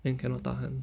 then cannot tahan